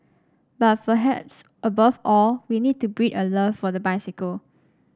but perhaps above all we need to breed a love for the bicycle